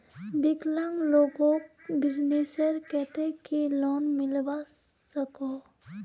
विकलांग लोगोक बिजनेसर केते की लोन मिलवा सकोहो?